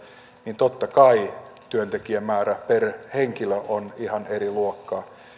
niin totta kai työntekijämäärä per henkilö on ihan eri luokkaa